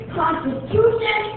constitution